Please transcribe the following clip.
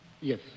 Yes